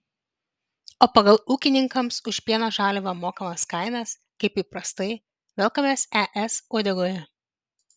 o pagal ūkininkams už pieno žaliavą mokamas kainas kaip įprastai velkamės es uodegoje